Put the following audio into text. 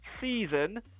season